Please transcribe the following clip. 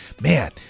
man